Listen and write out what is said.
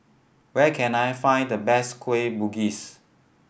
where can I find the best Kueh Bugis